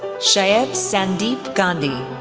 shaiv sandeep gandhi,